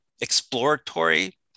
exploratory